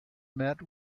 met